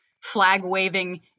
flag-waving